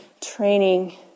training